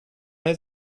his